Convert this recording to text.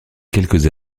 quelques